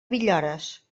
villores